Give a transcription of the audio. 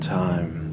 time